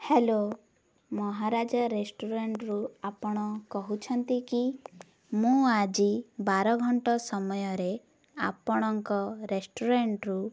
hello Maharaja ରେଷ୍ଟୁରାଣ୍ଟରୁ ଆପଣ କହୁଛନ୍ତି କି ମୁଁ ଆଜି ବାର ଘଣ୍ଟା ସମୟରେ ଆପଣଙ୍କ ରେଷ୍ଟୁରାଣ୍ଟରୁ